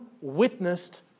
witnessed